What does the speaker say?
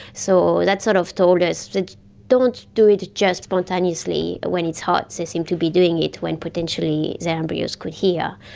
so that sort of told us that they don't do it just spontaneously when it's hot, they seem to be doing it when potentially the embryos could hear.